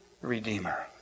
Redeemer